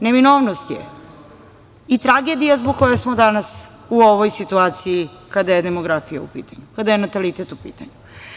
Neminovnost je i tragedija zbog koje smo danas u ovoj situaciji kada je demografija u pitanju, kada je natalitet u pitanju.